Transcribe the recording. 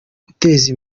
guteza